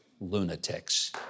lunatics